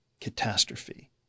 catastrophe